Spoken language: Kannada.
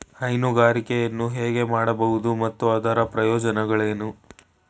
ಹೈನುಗಾರಿಕೆಯನ್ನು ಹೇಗೆ ಮಾಡಬಹುದು ಮತ್ತು ಅದರ ಪ್ರಯೋಜನಗಳೇನು?